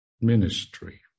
ministry